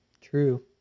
True